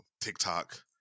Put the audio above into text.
TikTok